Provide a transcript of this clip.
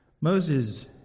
Moses